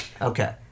Okay